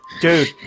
dude